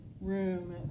room